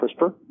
CRISPR